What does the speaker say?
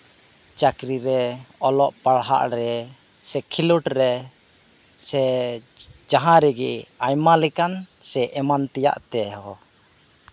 ᱪᱟᱠᱨᱤ ᱨᱮ ᱚᱞᱚᱜ ᱯᱟᱲᱦᱟᱜ ᱨᱮ ᱥᱮ ᱠᱷᱤᱞᱳᱸᱰ ᱨᱮ ᱥᱮ ᱡᱟᱦᱟᱸ ᱨᱮᱜᱮ ᱟᱭᱢᱟ ᱞᱮᱠᱟᱱ ᱥᱮ ᱮᱢᱟᱱ ᱛᱮᱭᱟᱜ ᱛᱮᱦᱚᱸ